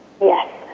Yes